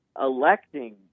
electing